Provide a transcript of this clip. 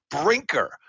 Brinker